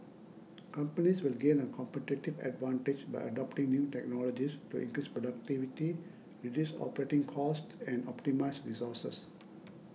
companies will gain a competitive advantage by adopting new technologies to increase productivity reduce operating costs and optimise resources